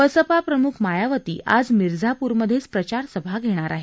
बसपा प्रमुख मायावाती आज मिरझापूरमधेच प्रचारसभा घेणार आहेत